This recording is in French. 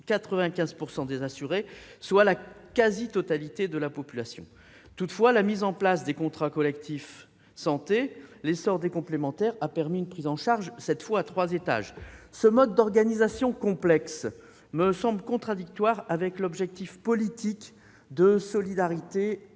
95 % des assurés, soit la quasi-totalité de la population. Toutefois, la mise en place des contrats collectifs santé et l'essor des surcomplémentaires ont conduit à une prise en charge à trois étages. Ce mode d'organisation complexe me semble contradictoire avec l'objectif politique d'une solidarité exigeante.